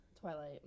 Twilight